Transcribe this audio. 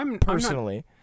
personally